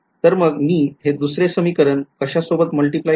तर मग मी हे दुसरे समीकरण कशासोबत multiply करेल